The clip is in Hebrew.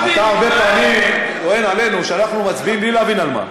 אתה הרבה פעמים טוען עלינו שאנחנו מצביעים בלי להבין על מה.